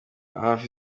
hafi